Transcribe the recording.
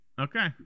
Okay